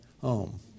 home